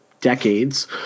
decades